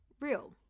real